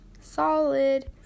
solid